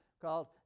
Called